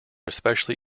especially